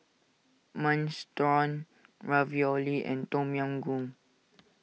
Minestrone Ravioli and Tom Yam Goong